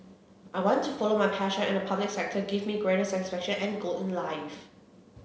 I want to follow my passion and the public sector give me greater satisfaction and goal in life